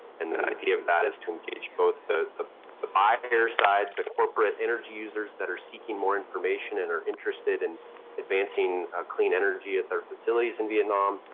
and the idea of that is to engage both the the buyer side, the corporate energy users that are seeking more information and are interested in advancing clean energy at their facilities in vietnam,